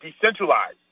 decentralized